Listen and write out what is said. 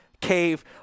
cave